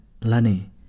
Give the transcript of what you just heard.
Lani